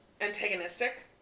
antagonistic